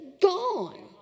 gone